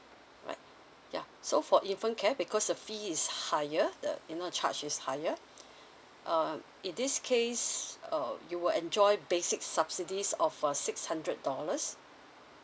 alright ya so for infant care because the fee is higher the you know charge is higher err in this case err you will enjoy basic subsidies of a six hundred dollars